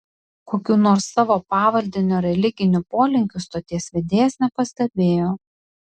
kokių nors savo pavaldinio religinių polinkių stoties vedėjas nepastebėjo